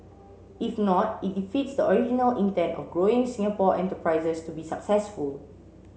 if not it defeats the original intent of growing Singapore enterprises to be successful